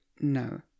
no